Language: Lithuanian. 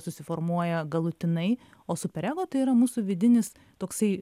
susiformuoja galutinai o super ego tai yra mūsų vidinis toksai